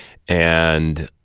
and